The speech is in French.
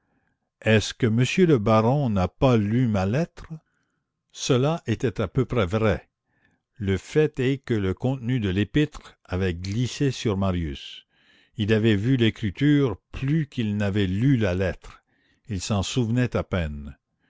est-ce que monsieur le baron n'a pas lu ma lettre cela était à peu près vrai le fait est que le contenu de l'épître avait glissé sur marius il avait vu l'écriture plus qu'il n'avait lu la lettre il s'en souvenait à peine